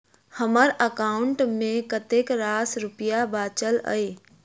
हम्मर एकाउंट मे कतेक रास रुपया बाचल अई?